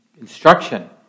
instruction